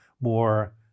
more